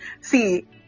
see